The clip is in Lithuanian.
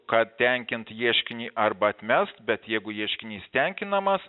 kad tenkint ieškinį arba atmest bet jeigu ieškinys tenkinamas